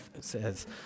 says